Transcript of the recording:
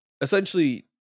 essentially